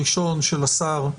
הדוח הראשון של השר.